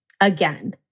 Again